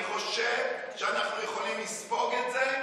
אני חושב שאנחנו יכולים לספוג את זה,